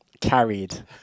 carried